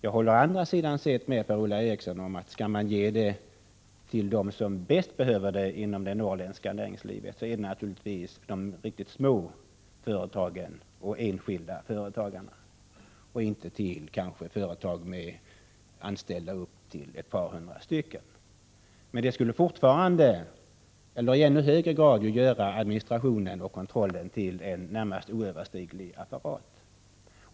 Jag håller å andra sidan med Per-Ola Eriksson om att skall man ge stöd till dem som bäst behöver det inom det norrländska näringslivet, så är det naturligtvis de riktigt små företagen och enskilda företagarna som bör få det, inte företag med ett par hundra anställda. Men det skulle fortfarande eller i ännu högre grad göra administrationen och kontrollen till en närmast ohanterlig apparat.